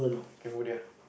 Cambodia